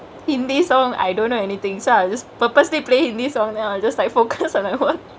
hindi songk I don't know anythingk so I'll just purposely play hindi songks then I'll just like focus on that one